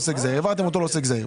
העברתם אותו לעוסק זעיר.